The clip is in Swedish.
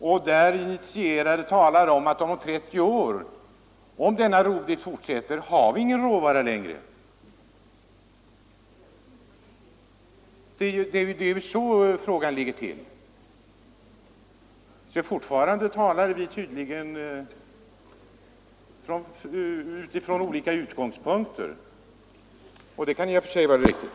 Initierade personer säger att om denna rovdrift fortsätter har vi om 30 år ingen råvara i skogarna längre. Det är så frågan ligger till. Fortfarande talar vi tydligen från olika utgångspunkter — och det kan i och för sig vara riktigt.